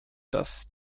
dass